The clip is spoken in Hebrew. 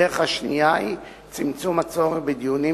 הדרך השנייה היא צמצום הצורך בדיונים